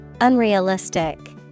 Unrealistic